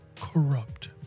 corrupt